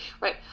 right